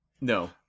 No